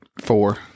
Four